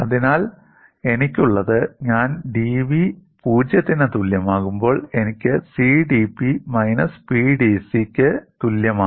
അതിനാൽ എനിക്കുള്ളത് ഞാൻ dV '0' ന് തുല്യമാകുമ്പോൾ എനിക്ക് CdP 'മൈനസ് PdC' ക്ക് തുല്യമാണ്